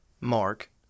Mark